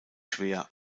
schwer